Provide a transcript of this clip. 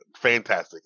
Fantastic